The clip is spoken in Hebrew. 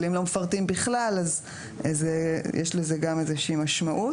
אבל אם לא מפרטים בכלל אז יש לזה גם איזושהי משמעות.